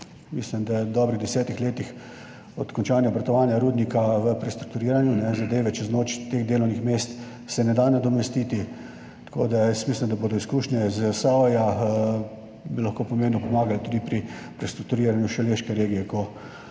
mislim, da po dobrih desetih letih od končanja obratovanja rudnika, v prestrukturiranju, čez noč se teh delovnih mest ne da nadomestiti, tako da jaz mislim, da bi izkušnje iz Zasavja lahko pomembno pomagale tudi pri prestrukturiranju šaleške regije,